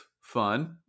fun